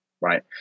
right